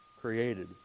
created